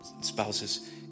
spouses